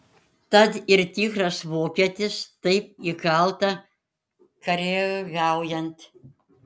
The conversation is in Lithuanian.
tad ir tikras vokietis taip įkalta kareiviaujant